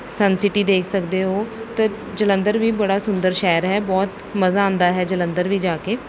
ਸੰਨ ਸਿਟੀ ਦੇਖ ਸਕਦੇ ਹੋ ਅਤੇ ਜਲੰਧਰ ਵੀ ਬੜਾ ਸੁੰਦਰ ਸ਼ਹਿਰ ਹੈ ਬਹੁਤ ਮਜ਼ਾ ਆਉਂਦਾ ਹੈ ਜਲੰਧਰ ਵੀ ਜਾ ਕੇ